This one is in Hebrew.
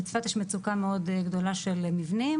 בצפת יש מצוקה מאוד גדולה של מבנים.